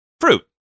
fruit